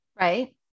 Right